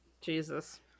Jesus